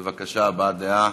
בבקשה, הבעת דעה.